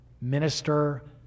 minister